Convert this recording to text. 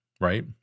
right